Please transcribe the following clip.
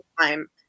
time